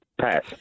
Pass